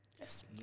Yes